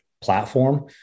platform